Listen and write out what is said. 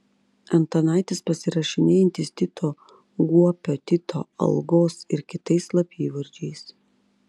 antanaitis pasirašinėjantis tito guopio tito algos ir kitais slapyvardžiais